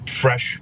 fresh